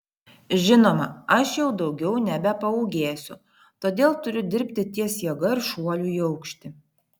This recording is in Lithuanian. žinoma aš jau daugiau nebepaūgėsiu todėl turiu dirbti ties jėga ir šuoliu į aukštį